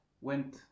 went